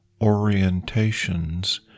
orientations